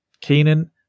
Keenan